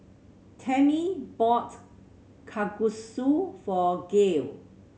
Tammi bought Kalguksu for Gael